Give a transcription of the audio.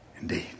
indeed